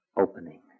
opening